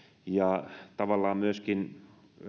ja tavallaan